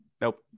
Nope